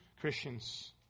Christians